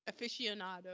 Aficionado